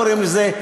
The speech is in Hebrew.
לא היו קוראים לזה,